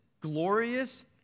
glorious